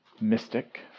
mystic